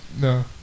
No